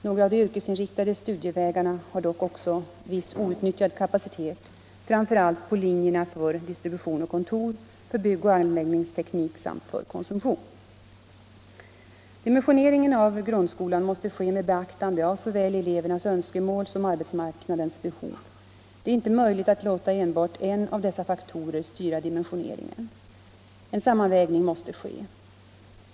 Några av de yrkesinriktade studievägarna har dock också viss outnyttjad kapacitet, framför allt på linjerna för distribution och kontor, för byggoch anläggningsteknik samt Dimensioneringen av gymnasieskolan måste ske med beaktande av såväl elevernas önskemål som arbetsmarknadens behov. Det är inte möjligt att låta enbart en av dessa faktorer styra dimensioneringen. En sammanvägning måste ske.